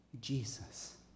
Jesus